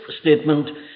statement